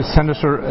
Senator